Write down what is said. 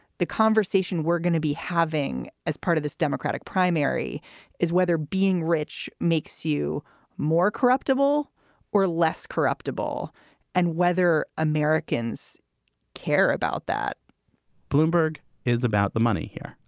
the conversation we're gonna be having as part of this democratic primary is whether being rich makes you more corruptible or less corruptible and whether americans care about that bloomberg is about the money here.